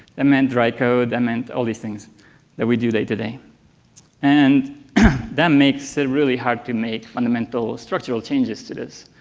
ah meant dry code, it and meant all these things that we do day to day and that makes it really hard to make fundamental structural changes to this.